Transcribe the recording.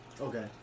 Okay